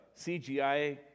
CGI